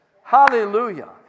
Hallelujah